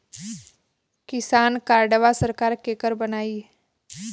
किसान कार्डवा सरकार केकर बनाई?